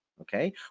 Okay